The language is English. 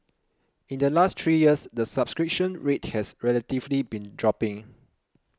in the last three years the subscription rate has relatively been dropping